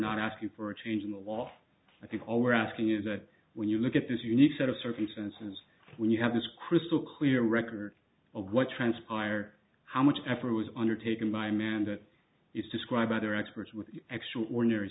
not asking for a change in the law i think all we're asking is that when you look at this unique set of circumstances when you have this crystal clear record of what transpired or how much effort was undertaken by man that is described by their experts with extraordinary